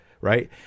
right